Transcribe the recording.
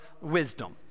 wisdom